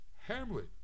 Hamlet